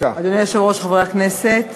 חברי הכנסת,